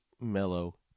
mellow